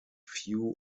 few